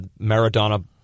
Maradona